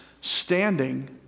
standing